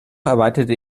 erweiterte